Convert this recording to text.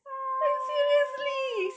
ah